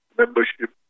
membership